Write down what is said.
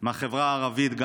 גם עם החברה הערבית.